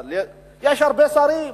אבל יש הרבה שרים,